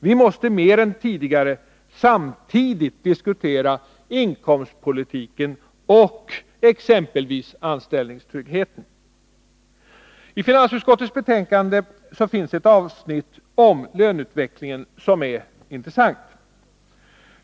Vi måste mer än tidigare samtidigt diskutera inkomstpolitiken och exempelvis anställningstryggheten. I finansutskottets betänkande finns ett avsnitt om löneutvecklingen som är intressant.